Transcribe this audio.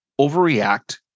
overreact